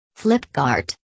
Flipkart